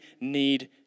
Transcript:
need